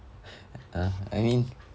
!huh! I mean